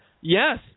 yes